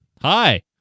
Hi